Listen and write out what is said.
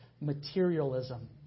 materialism